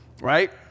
Right